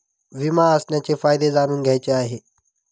विमा असण्याचे फायदे जाणून घ्यायचे आहे